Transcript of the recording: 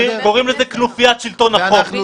מיקי, אולי למען האיזון אישה אחת תדבר?